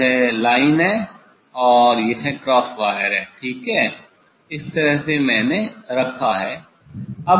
यह लाइन है और यह क्रॉस वायर है ठीक है इस तरह से मैंने रखा है